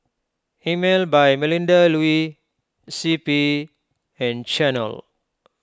Emel by Melinda Looi C P and Chanel